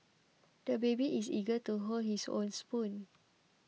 the baby is eager to hold his own spoon